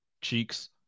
Cheeks